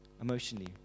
Emotionally